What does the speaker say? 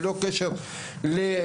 ללא קשר לביקורת,